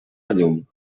llum